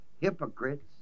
Hypocrites